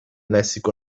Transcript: lessico